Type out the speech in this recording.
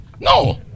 No